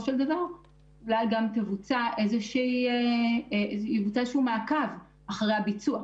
של דבר אולי גם יבוצע איזה שהוא מעקב אחרי הביצוע.